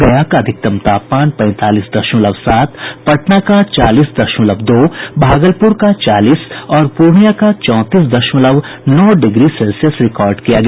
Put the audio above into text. गया का अधिकतम तापमान पैंतालीस दशमलव सात पटना का चालीस दशमलव दो भागलपुर का चालीस और पूर्णियां का चौंतीस दशमलव नौ डिग्री सेल्सियस रिकॉर्ड किया गया